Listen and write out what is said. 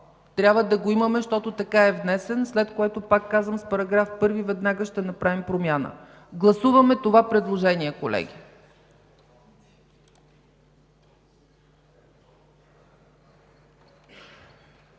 Трябва да го имаме, защото така е внесен, след което, пак казвам, в § 1 веднага ще направим промяна. Гласуваме това предложение.